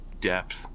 depth